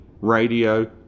radio